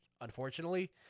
unfortunately